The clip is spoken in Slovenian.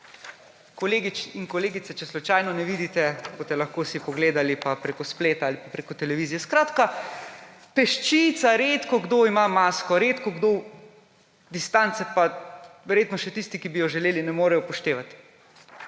Kolegi in kolegice, če slučajno ne vidite, si boste lahko pogledali preko spleta ali pa preko televizije. Skratka, peščica, redkokdo ima masko, redkokdo distanco, pa verjetno še tisti, ki bo jo želeli, ne morejo upoštevati.